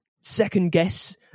second-guess